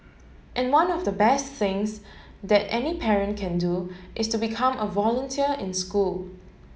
and one of the best things that any parent can do is to become a volunteer in school